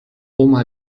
oma